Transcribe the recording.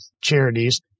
charities